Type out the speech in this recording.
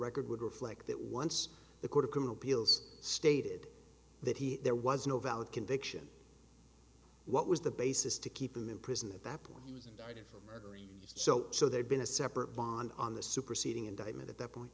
record would reflect that once the court of criminal appeals stated that he there was no valid conviction what was the basis to keep him in prison at that point he was indicted for murder in so so they've been a separate bond on the superseding indictment at that point